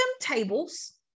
tables